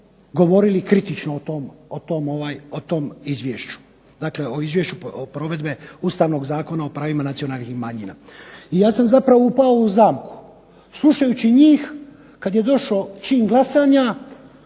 govorili kritično o tom izvješću, dakle o Izvješću o provedi Ustavnog zakona o pravima nacionalnih manjina i ja sam zapravo upao u zamku. Slušajući njih kad je došao čin glasanja,